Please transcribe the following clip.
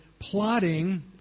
plotting